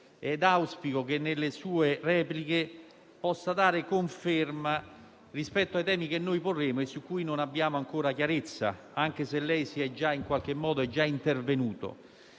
ed auspico che nelle sue repliche possa dare conferma rispetto ai temi che porremo e su cui non abbiamo ancora chiarezza, anche se, in qualche modo, è già intervenuto.